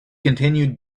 continue